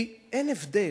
כי אין הבדל.